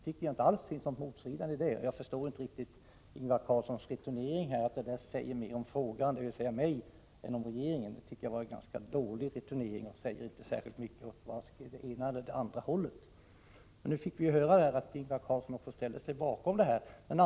Jag kan inte finna något motstridande i det, och jag förstår inte riktigt Ingvar Carlssons returnering. Han hävdar att detta säger mer om den som frågar, dvs. om mig, än om regeringen. Det tycker jag var en ganska dålig returnering som inte säger särskilt mycket åt det ena eller det andra hållet. Nu fick vi höra att Ingvar Carlsson ställer sig bakom det hela.